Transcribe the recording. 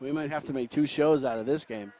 we might have to make two shows out of this game